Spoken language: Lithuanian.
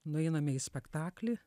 nueiname į spektaklį